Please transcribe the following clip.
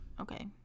okay